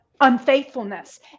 unfaithfulness